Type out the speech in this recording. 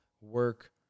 Work